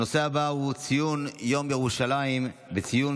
הנושא הבא הוא ציון יום ירושלים וציון